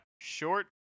Short